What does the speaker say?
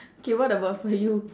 okay what about for you